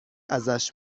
ازش